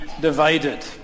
divided